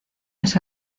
les